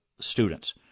students